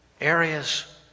areas